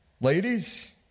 Ladies